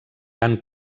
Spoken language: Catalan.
han